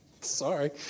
Sorry